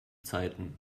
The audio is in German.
zeiten